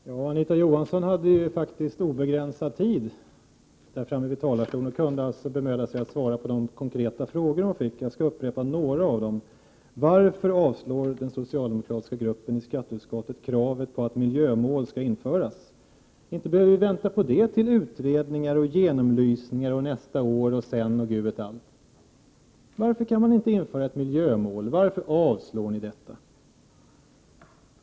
Fru talman! Anita Johansson hade faktiskt obegränsad tid till sitt förfogande i talarstolen och borde ha kunnat bemöda sig om att svara på några av de konkreta frågor hon fick. Jag skall upprepa några av dem. Varför avstyrker den socialdemokratiska gruppen i skatteutskottet kravet på att ett miljömål skall införas? Inte behöver vi vänta med detta tills utredningar och genomlysningar gjorts — till nästa år och Gud vet allt vad det är. Varför kan man inte införa ett miljömål? Varför avstyrker ni detta förslag?